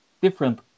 different